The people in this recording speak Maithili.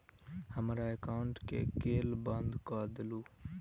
हमरा एकाउंट केँ केल बंद कऽ देलु?